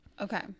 Okay